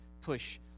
push